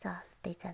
चालते चालते